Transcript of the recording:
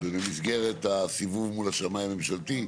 במסגרת הסיבוב מול השמאי הממשלתי,